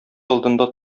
алдында